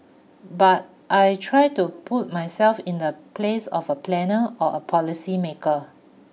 but I try to put myself in the place of a planner or a policy maker